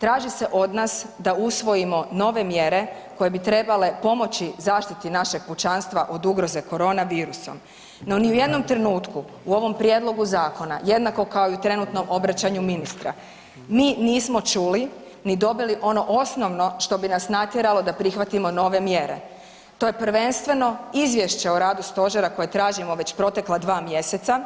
Traži se od nas da usvojimo nove mjere koje bi trebale pomoći zaštiti našeg pučanstva od ugroze korona virusom, no ni u jednom trenutku u ovom prijedlogu zakona jednako kao i u trenutno obraćanju ministra mi nismo čuli ni dobili ono osnovno što bi nas natjeralo da prihvatimo nove mjere, to je prvenstveno Izvješće o radu stožera koje tražimo već protekla dva mjeseca